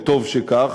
וטוב שכך,